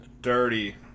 Dirty